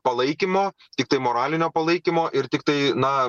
palaikymo tiktai moralinio palaikymo ir tiktai na